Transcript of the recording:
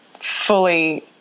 fully